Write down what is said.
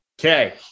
Okay